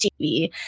TV